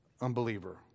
Unbeliever